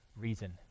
reason